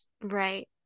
Right